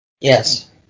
Yes